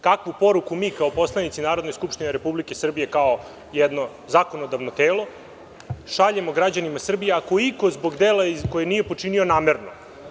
Kakvu poruku mi kao poslanici Narodne skupštine RS, kao zakonodavno telo, šaljemo građanima Srbije ako iko zbog dela koje nije počinio namerno.